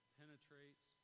penetrates